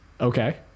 Okay